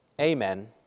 Amen